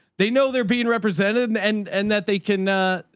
they know they are being represented and, and, and that they can, ah,